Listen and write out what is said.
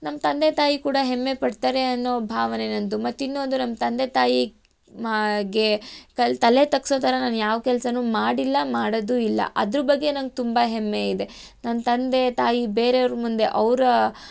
ನಮ್ಮ ತಂದೆ ತಾಯಿ ಕೂಡ ಹೆಮ್ಮೆ ಪಡ್ತಾರೆ ಅನ್ನೋ ಭಾವನೆ ನನ್ನದು ಮತ್ತೆ ಇನ್ನೊಂದು ನಮ್ಮ ತಂದೆ ತಾಯಿ ತಲೆ ತಗ್ಗಿಸೋಥರ ನಾನ ಯಾವ ಕೆಲ್ಸವೂ ಮಾಡಿಲ್ಲ ಮಾಡೋದೂ ಇಲ್ಲ ಅದ್ರ ಬಗ್ಗೆ ನಂಗೆ ತುಂಬ ಹೆಮ್ಮೆ ಇದೆ ನನ್ನ ತಂದೆ ತಾಯಿ ಬೇರೆಯವ್ರ ಮುಂದೆ ಅವರ